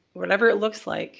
whatever it looks like